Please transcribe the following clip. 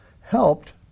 helped